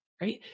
right